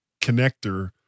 Connector